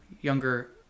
younger